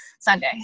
Sunday